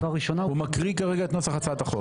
הוא מקריא כרגע את נוסח הצעת החוק.